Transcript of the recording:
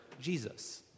Jesus